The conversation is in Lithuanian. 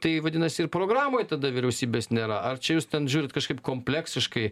tai vadinasi ir programoj tada vyriausybės nėra ar čia jūs ten žiūrit kažkaip kompleksiškai